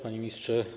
Panie Ministrze!